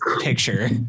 picture